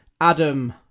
Adam